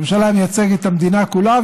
הממשלה מייצגת את המדינה כולה.